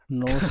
no